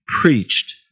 preached